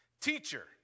Teacher